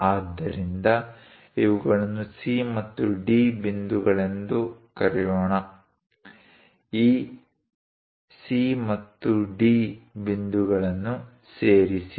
ಆದ್ದರಿಂದ ಇವುಗಳನ್ನು C ಮತ್ತು D ಬಿಂದುಗಳೆಂದು ಕರೆಯೋಣ ಈ C ಮತ್ತು D ಬಿಂದುಗಳನ್ನು ಸೇರಿಸಿ